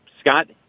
Scott